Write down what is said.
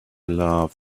love